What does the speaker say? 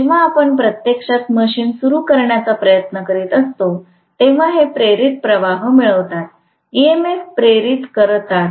जेव्हा आपण प्रत्यक्षात मशीन सुरू करण्याचा प्रयत्न करीत असतो तेव्हा हे प्रेरित प्रवाह मिळवतात ईएमएफ प्रेरित करतात